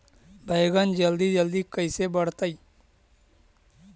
बैगन जल्दी जल्दी कैसे बढ़तै?